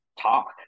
talk